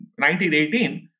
1918